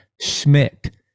Schmidt